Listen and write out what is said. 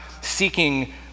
seeking